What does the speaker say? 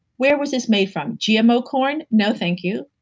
where was this made from? gmo corn? no, thank you.